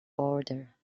border